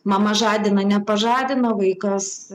mama žadina nepažadino vaikas